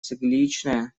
цикличная